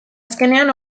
azkenean